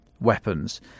weapons